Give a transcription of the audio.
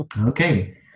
Okay